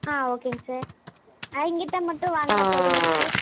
ஆ ஓகேங்க சார் அவங்கிட்ட மட்டும் வாங்கினா போதுமாங்க சார்